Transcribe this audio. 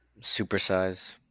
Supersize